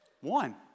One